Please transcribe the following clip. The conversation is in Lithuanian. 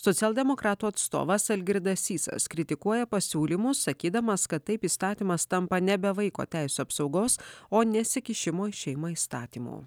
socialdemokratų atstovas algirdas sysas kritikuoja pasiūlymus sakydamas kad taip įstatymas tampa nebe vaiko teisių apsaugos o nesikišimo į šeimą įstatymu